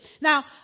Now